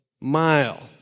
mile